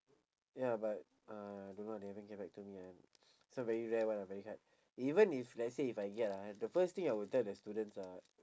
ya but uh don't know they haven't get back to me yet so very rare [one] ah very hard even if let's say if I get ah the first thing I will tell the students ah